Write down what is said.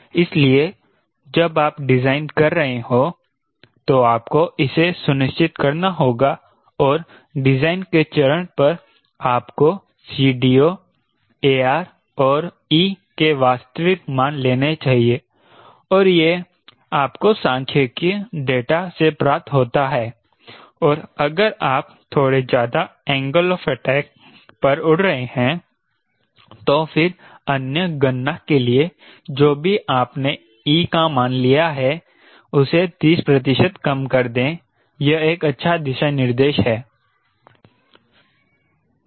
इसलिए जब आप डिजाइन कर रहे हों तो आपको इसे सुनिश्चित करना होगा और डिजाइन के चरण पर आपको CDO AR और e के वास्तविक मान लेने चाहिए और यह आपको सांख्यिकीय डेटा से प्राप्त होता है और अगर आप थोड़े ज्यादा एंगल ऑफ अटैक पर उड़ रहे हैं तो फिर अन्य गणना के लिए जो भी आपने e का मान लिया है उसे तीस प्रतिशत कम कर दें यह एक अच्छा दिशानिर्देश है